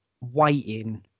waiting